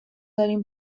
داریم